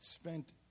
spent